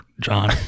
John